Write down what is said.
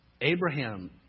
Abraham